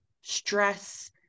stress